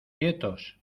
quietos